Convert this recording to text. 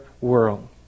world